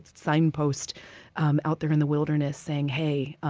signpost um out there in the wilderness saying hey,